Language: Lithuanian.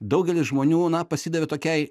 daugelis žmonių na pasidavė tokiai